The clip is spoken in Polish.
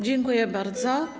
Dziękuję bardzo.